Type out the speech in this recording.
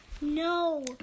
No